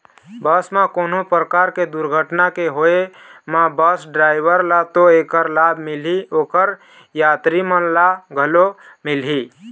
बस म कोनो परकार के दुरघटना के होय म बस डराइवर ल तो ऐखर लाभ मिलही, ओखर यातरी मन ल घलो मिलही